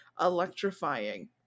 electrifying